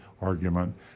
argument